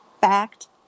fact